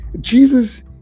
Jesus